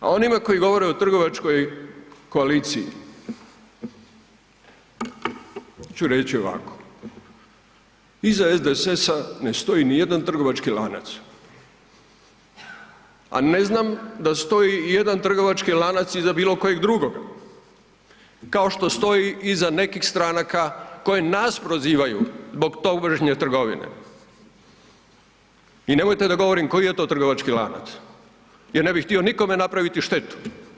A onima koji govore o trgovačkoj koaliciji ću reći ovako, iza SDSS-a ne stoji nijedan trgovački lanac, a ne znam da stoji ijedan trgovački lanac iza bilo kojeg drugoga, kao što stoji iza nekih stranaka koje nas prozivaju zbog tobožnje trgovine i nemojte da govorim koji je to trgovački lanac jer ne bih htio nikome napraviti štetu.